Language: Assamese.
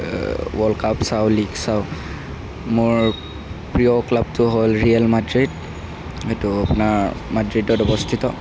ৱৰ্ল্ড কাপ চাওঁ লীগ চাওঁ মোৰ প্ৰিয় ক্লাবটো হ'ল ৰিয়েল মাদ্ৰিদ সেইটো আপোনাৰ মাদ্ৰিদত অৱস্থিত